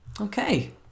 Okay